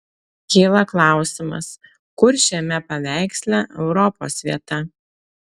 kyla klausimas kur šiame paveiksle europos vieta